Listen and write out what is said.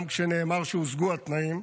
גם כשנאמר שהושגו התנאים,